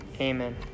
Amen